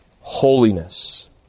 holiness